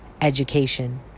education